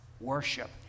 Worship